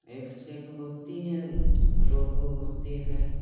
एक से एक होती हैं रोहू होती हैं